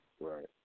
Right